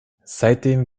seitdem